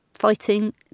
fighting